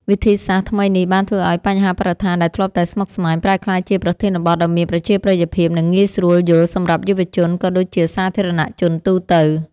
វិធីសាស្ត្រថ្មីនេះបានធ្វើឱ្យបញ្ហាបរិស្ថានដែលធ្លាប់តែស្មុគស្មាញ ប្រែក្លាយជាប្រធានបទដ៏មានប្រជាប្រិយភាព និងងាយស្រួលយល់សម្រាប់យុវជន ក៏ដូចជាសាធារណជនទូទៅ។